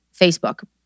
Facebook